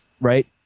right